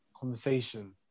conversation